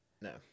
No